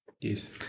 Yes